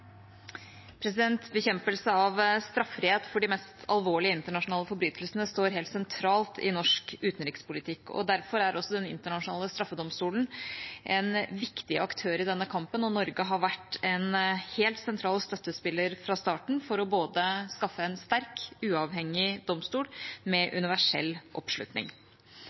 det. Bekjempelse av straffrihet for de mest alvorlige internasjonale forbrytelsene står helt sentralt i norsk utenrikspolitikk. Derfor er også Den internasjonale straffedomstolen en viktig aktør i denne kampen, og Norge har vært en helt sentral støttespiller fra starten for å skaffe en sterk, uavhengig domstol med universell oppslutning.